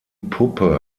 puppe